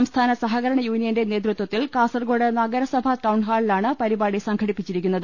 സംസ്ഥാന സഹകരണ യൂണിയന്റെ നേതൃത്വത്തിൽ കാസർകോട് നഗ രസഭാ ഹാളിലാണ് പരിപാടി സംഘടിപ്പിച്ചിരിക്കുന്നത്